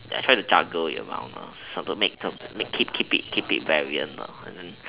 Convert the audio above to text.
I try to juggle it well started to make to keep keep it keep variant